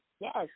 Yes